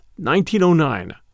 1909